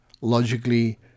Logically